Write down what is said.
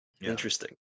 Interesting